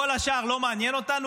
כל השאר לא מעניין אותנו.